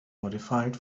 modified